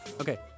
okay